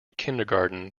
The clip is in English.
kindergarten